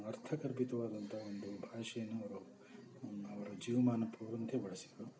ಅರ್ಥಗರ್ಭಿತವಾದಂಥ ಒಂದು ಭಾಷೆನು ಅವರ ಜೀವಮಾನಕ್ಕೆ ಒಂದೇ ಬಳಸಿದರು